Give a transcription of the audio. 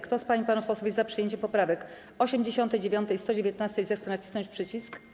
Kto z pań i panów posłów jest za przyjęciem poprawek 89. i 119., zechce nacisnąć przycisk.